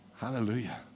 Hallelujah